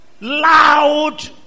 loud